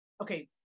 okay